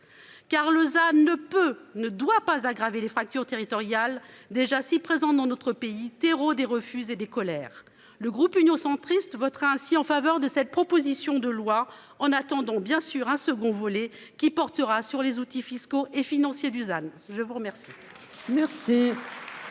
car Lausanne ne peut, ne doit pas aggraver les fractures territoriales déjà si présent dans d'autres pays, terreau des refuser des colères. Le groupe Union centriste votre ainsi en faveur de cette proposition de loi en attendant bien sûr un second volet qui portera sur les outils fiscaux et financiers Dusan je vous remercie.